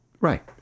Right